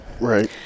right